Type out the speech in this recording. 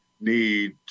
need